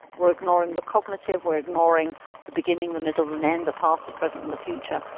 we're ignoring the cognitive, we're ignoring the beginning, the middle, the and end, the past, the present and the future.